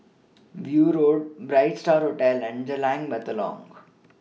View Road Bright STAR Hotel and Jalan Batalong